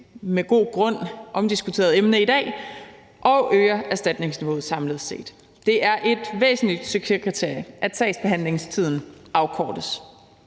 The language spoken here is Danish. med god grund omdiskuteret emne i dag, og øge erstatningsniveauet samlet set. Det er et væsentligt succeskriterie, at sagsbehandlingstiden afkortes.